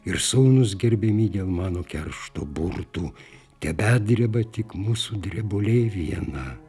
ir sūnūs gerbiami dėl mano keršto burtų tebedreba tik mūsų drebulė viena